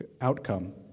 outcome